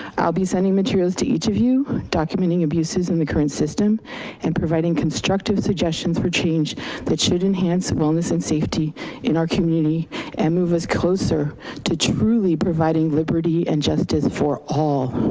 i'll be sending materials to each of you documenting abuses in the current system and providing constructive suggestions for change that should enhance wellness and safety in our community and move us closer to truly providing liberty and justice for all.